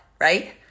right